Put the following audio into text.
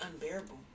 unbearable